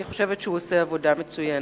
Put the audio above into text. אני חושבת שהוא עושה עבודה מצוינת.